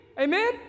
Amen